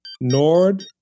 Nord